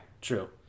True